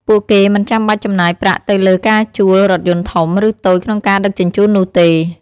ពួកគេមិនចាំបាច់ចំណាយប្រាក់ទៅលើការជួលរថយន្តធំ ឬតូចក្នុងការដឹកជញ្ជូននោះទេ។